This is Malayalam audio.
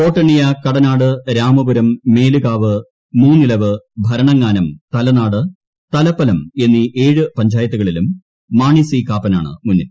വോട്ടെണ്ണിയ കടനാട് രാമപുരം മേലുകാവ് മൂന്നിലവ് ഭരണങ്ങാനം ് ത്യലനാട് തലപ്പലം എന്നീ ഏഴ് പഞ്ചായത്തുകളിലും മാണി ്സി കാപ്പനാണ് മുന്നിൽ